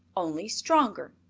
only stronger.